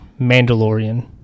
Mandalorian